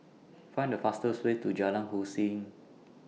Find The fastest Way to Jalan Hussein